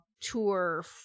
tour